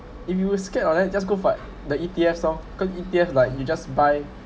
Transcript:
if you were scared of that just go for the E_T_F oh cause E_T_F like you just buy